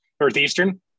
northeastern